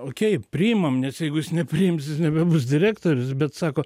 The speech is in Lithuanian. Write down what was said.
okei priimam nes jeigu jis nepriims jis nebebus direktorius bet sako